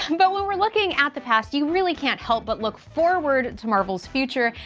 um but when we're looking at the past, you really can't help but look forward to marvel's future.